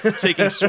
taking